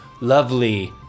lovely